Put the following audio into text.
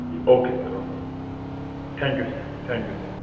G okay sir okay thank you sir thank you sir